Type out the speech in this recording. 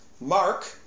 Mark